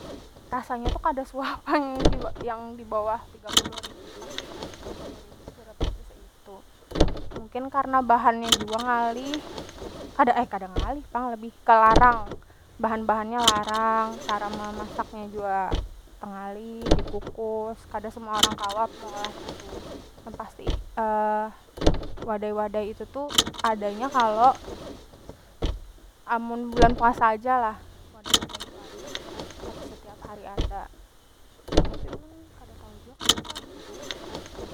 Rasanya tu kada suah pang yang yang dibawah tiga puluh ribu pasti tiga puluh ribu tu sudah pasti seitu mungkin karna bahan nya jua ngalih kada ngalih pang lebih kelarang bahan- bahannya larang cara memasaknya jua tengalih dikukus kada semua orang kawa meolah itu, yang pasti wadai- wadai itu tu adanya kalo amun bulan puasa aja lah wadai- wadai itu ada kada setiap hari ada tapi ulun kada tau jua kenapa bisa kaitu.